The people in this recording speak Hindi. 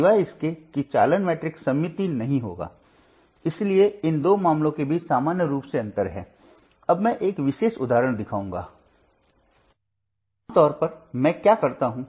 केवल एक चीज यह है कि जी मैट्रिक्स असममित हो जाता है क्योंकि वोल्टेज नियंत्रित वर्तमान स्रोत के माध्यम से वर्तमान सर्किट में कहीं और वोल्टेज पर निर्भर करता है